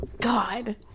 God